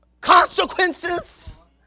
consequences